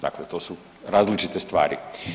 Dakle, to su različite stvari.